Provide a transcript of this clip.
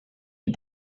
but